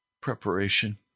preparation